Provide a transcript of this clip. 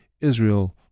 Israel